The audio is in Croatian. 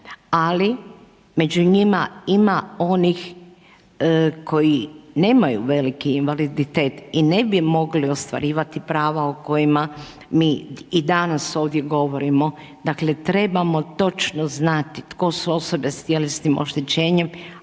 ali među njima ima onih koji nemaju veliki invaliditet i ne bi mogli ostvarivati prava o kojima mi i danas ovdje govorimo. Dakle trebamo točno znati tko su osobe sa tjelesnim oštećenjem